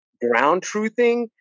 ground-truthing